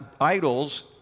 idols